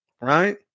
Right